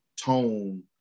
tone